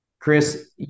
Chris